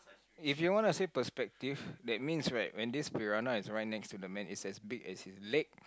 if you want to say perspective that means right when this piranha is right next to the man is as big as his leg